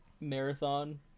marathon